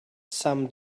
some